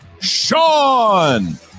Sean